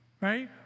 right